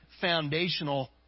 foundational